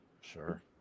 Sure